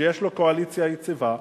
שיש לו קואליציה יציבה,